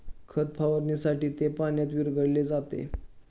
खत फवारणीसाठी ते पाण्यात विरघळविले जाते